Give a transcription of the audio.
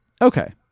Okay